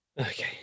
Okay